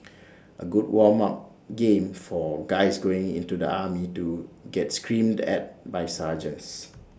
A good warm up game for guys going into the army to get screamed at by sergeants